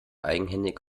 eigenhändig